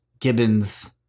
Gibbons